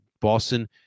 Boston